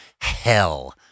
hell